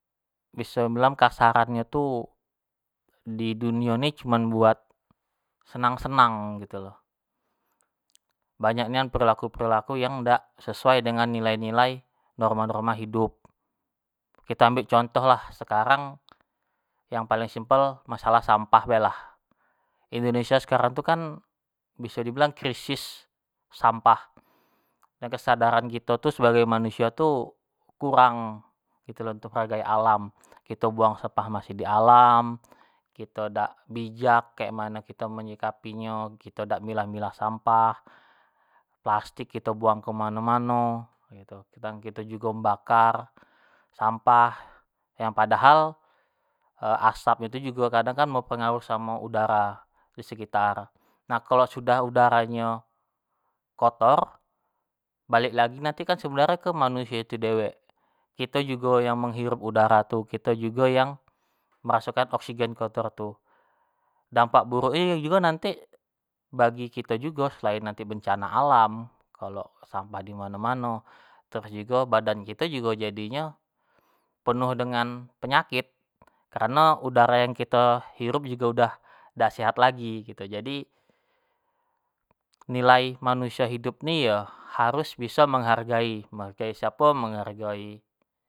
Biso bilang kasarannyo tu di dunia ni cuma buat senang-senang gitu lo, banyak nian perilaku-perilaku yang dak sesuai dengan nilai-nilai, norma-norma hidup, kito ambek contoh lah sekarang yang paling simpel masalah msampah bae lah. Indonesia sekarang tu kan biso di bilang krisis sampah, dan kesadaran kito tu sebagai manusio tu kurang kito tu untuk menghargai ala, kito buang sampah masih di alam, kito dak bijak kek mano kito menyikapi nyo, kito dak milah-milah sampah, plastik kito buang kemano-mano gitu, dan kito jugp membakar sampah yang padahal asap nyo tu jugo kadang berpengaruh samo udara di sekitar, nah kalo sudah udara nyo kotor, balek lagi kan nanti tu sebenarnyo ke manusio itu dewek, kito jugo menghirup udara tu, kito jugo yang merasokan oksigen kotor tu, dampak buruk tu buruk yo jugo nanti bagi kito jugo selain nanti bencana alam kalo sampah di mano-mano, terus jugo badan kito jugo jadi nyo, penuh dengan penyakit, kareno kito udaro yang kito hirup sudah dak sehat lagi gitu, jadi nilai manusio hidup ini yo harus biso menghargoi, menghargoi siapo yo menghargoi.